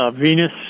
Venus